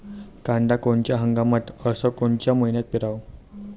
कांद्या कोनच्या हंगामात अस कोनच्या मईन्यात पेरावं?